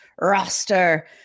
roster